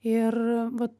ir va